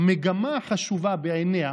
"המגמה החשובה" בעיניה,